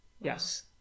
Yes